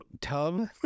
tub